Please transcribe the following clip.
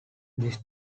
this